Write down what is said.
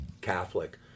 Catholic